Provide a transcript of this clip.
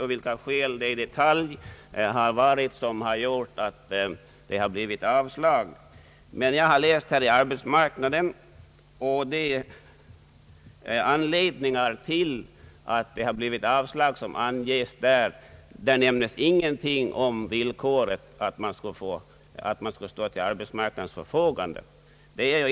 Jag vet inte i detalj vad som förorsakat avslagen. I tidningen Arbetsmarknaden har några av anledningarna re dovisats, men där har ingenting nämnts om villkoret att den sökande skall stå till arbetsmarknadens förfogande.